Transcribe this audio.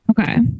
Okay